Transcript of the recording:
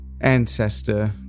ancestor